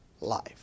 life